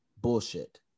bullshit